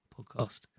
podcast